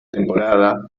temporada